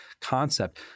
concept